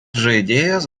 žaidėjas